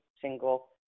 single